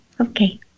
okay